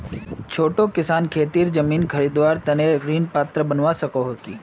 छोटो किसान खेतीर जमीन खरीदवार तने ऋण पात्र बनवा सको हो कि?